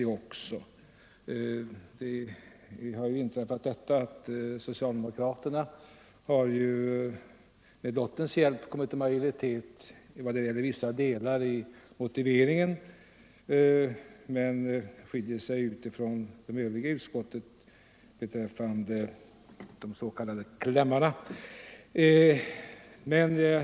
I utskottet har socialdemokraterna med lottens hjälp fått majoritet beträffande vissa delar av motiveringen men skiljer sig från utskottet i övrigt beträffande de s.k. klämmarna.